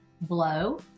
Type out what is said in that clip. Blow